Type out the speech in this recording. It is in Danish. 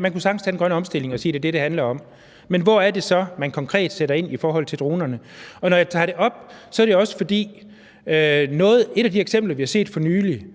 man kunne sagtens tage den grønne omstilling og sige, at det er det, det handler om; men hvor er det så, man konkret sætter ind i forhold til dronerne? Når jeg tager det op, er det også, fordi et af de eksempler, vi for nylig